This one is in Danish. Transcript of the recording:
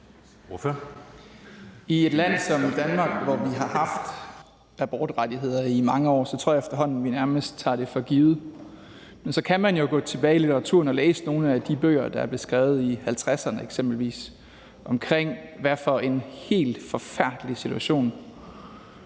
I et land som Danmark, hvor vi har haft abortrettigheder i mange år, tror jeg efterhånden vi nærmest tager det for givet. Men så kan man jo gå tilbage i litteraturen og læse nogle af de bøger, der blev skrevet i eksempelvis 1950'erne, omkring, hvad for en helt forfærdelig situation